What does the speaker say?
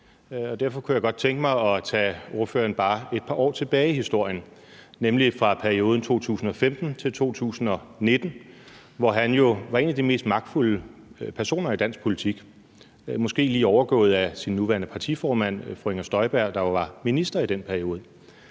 derfor kunne jeg godt tænke mig at tage ordføreren bare et par år tilbage i historien, nemlig til perioden fra 2015 til 2019, hvor han jo var en af de mest magtfulde personer i dansk politik, måske lige overgået af sin nuværende partiformand, fru Inger Støjberg, der jo var minister i den periode.